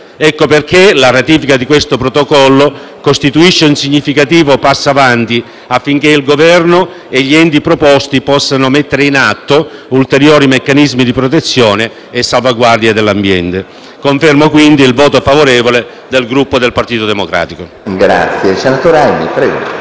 tali ragioni la ratifica di questo protocollo costituisce un significativo passo avanti affinché il Governo e gli enti preposti possano mettere in atto ulteriori meccanismi di protezione e salvaguardia dell'ambiente. Confermo, quindi, il voto favorevole del Gruppo Partito Democratico. *(Applausi dal Gruppo